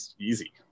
easy